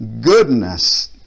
goodness